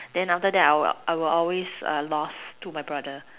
then after that I'll always lost to my brother